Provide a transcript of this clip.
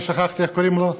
אני שכחתי איך קוראים לו.